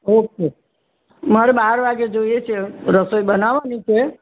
okay મારે બાર વાગે જોઈએ છે રસોઈ બનાવાની છે